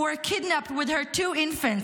who were kidnapped with her two infants,